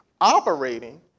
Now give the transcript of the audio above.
operating